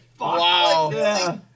Wow